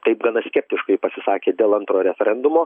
taip gana skeptiškai pasisakė dėl antro referendumo